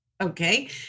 Okay